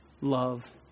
love